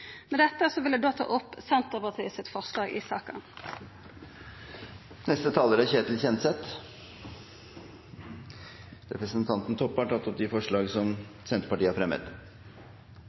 Med dette vil eg ta opp Senterpartiets forslag i saka. Da har representanten Kjersti Toppe tatt opp det forslaget hun refererte til. Venstre har